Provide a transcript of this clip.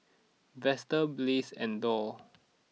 Vester Blaise and Doll